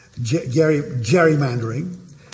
gerrymandering